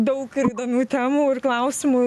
daug ir įdomių temų ir klausimų